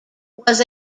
was